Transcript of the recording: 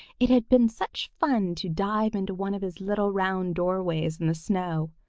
it had been such fun to dive into one of his little round doorways in the snow,